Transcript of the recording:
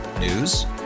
News